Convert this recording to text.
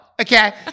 okay